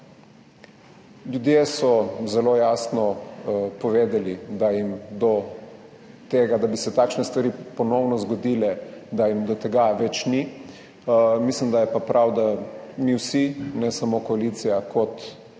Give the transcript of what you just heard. Ljudje so zelo jasno povedali, da jim do tega, da bi se takšne stvari ponovno zgodile, več ni. Mislim, da je pa prav, da mi vsi, ne samo koalicija kot tisti,